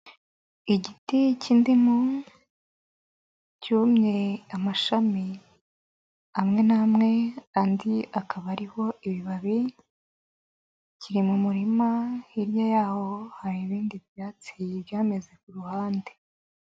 Igiti k'indimu cyumye amashami amwe n'amwe andi akaba ariho ibibabi kiri mu murima hirya y'aho hari ibindi byatsi byameze ku ruhande.